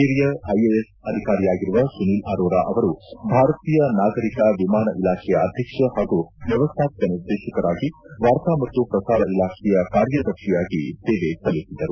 ಹಿರಿಯ ಐಎಎಸ್ ಅಧಿಕಾರಿಯಾಗಿರುವ ಸುನಿಲ್ ಅರೋರ ಅವರು ಭಾರತೀಯ ನಾಗರಿಕ ವಿಮಾನ ಇಲಾಖೆಯ ಅಧ್ಯಕ್ಷ ಹಾಗೂ ವ್ಯವಸ್ಥಾಪಕ ನಿರ್ದೇಶಕರಾಗಿ ವಾರ್ತಾ ಮತ್ತು ಶ್ರಸಾರ ಇಲಾಖೆಯ ಕಾರ್ಯದರ್ಶಿಯಾಗಿ ಸೇವೆ ಸಲ್ಲಿಸಿದ್ದರು